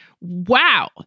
Wow